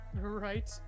right